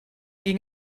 ging